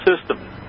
system